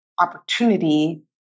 opportunity